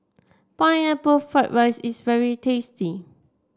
Pineapple Fried Rice is very tasty